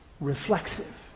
reflexive